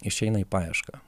išeina į paiešką